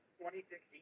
2016